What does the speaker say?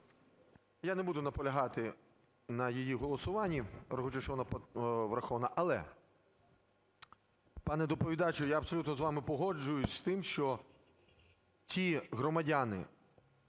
Я не буду наполягати на її голосуванні, враховуючи, що вона врахована. Але, пане доповідачу, я абсолютно з вами погоджуюся з тим, що ті громадяни,